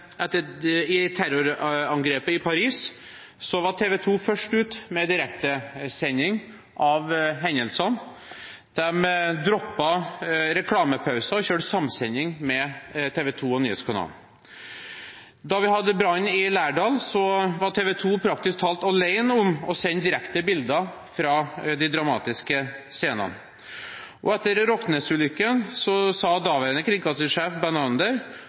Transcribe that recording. terrorangrepet i Paris, var TV 2 først ute med direktesending av hendelsene. De droppet reklamepauser og kjørte samsending med TV 2 Nyhetskanalen. Da vi hadde brannen i Lærdal, var TV 2 praktisk talt alene om å sende direkte bilder fra de dramatiske scenene. Og etter «Rocknes»-ulykken sa daværende